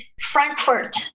Frankfurt